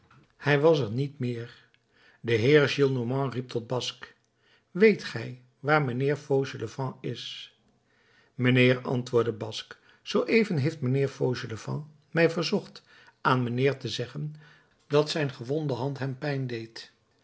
hij was er niet meer de heer gillenormand riep tot basque weet gij waar mijnheer fauchelevent is mijnheer antwoordde basque zooeven heeft mijnheer fauchelevent mij verzocht aan mijnheer te zeggen dat zijn gewonde hand hem pijn deed